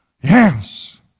Yes